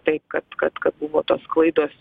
tai kad kad kad buvo tos klaidos